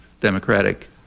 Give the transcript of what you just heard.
democratic